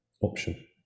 option